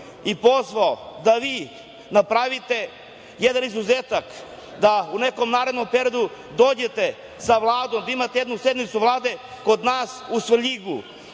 i pozvao da vi napravite jedan izuzetak da u nekom narednom periodu dođete sa Vladom, da imate jednu sednicu Vlade kod nas u Svrljigu,